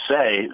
say